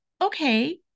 okay